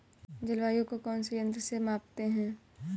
जलवायु को कौन से यंत्र से मापते हैं?